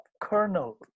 kernel